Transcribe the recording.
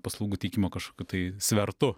paslaugų teikimo kažkokių tai svertu